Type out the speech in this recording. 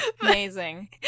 amazing